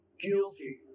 guilty